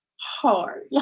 hard